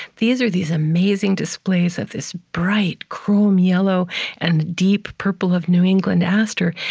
these are these amazing displays of this bright, chrome yellow and deep purple of new england aster,